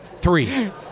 three